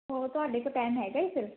ਉਹ ਤੁਹਾਡੇ ਕੋਲ ਟਾਈਮ ਹੈਗਾ ਏ ਫ਼ਿਰ